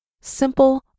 simple